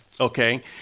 Okay